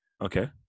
Okay